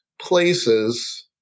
places